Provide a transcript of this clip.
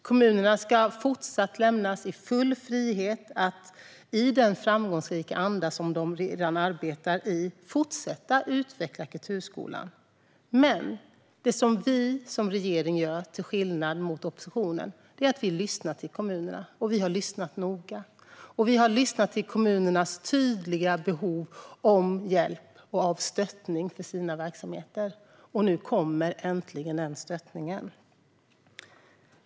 Kommunerna ska fortsatt lämnas i full frihet att fortsätta utveckla kulturskolan i den framgångsrika anda de redan arbetar i. Men det vi som regering gör, till skillnad från oppositionen, är att lyssna till kommunerna. Vi har lyssnat noga. Vi har lyssnat till kommunernas tydliga behov av hjälp och stöttning till sina verksamheter, och nu kommer äntligen stöttningen.